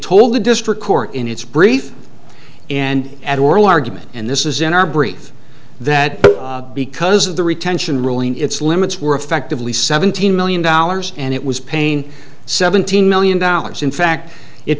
told the district court in its brief and at oral argument and this is in our brief that because of the retention ruling its limits were effectively seventeen million dollars and it was paying seventeen million dollars in fact it